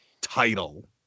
title